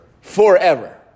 Forever